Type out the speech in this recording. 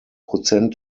prozent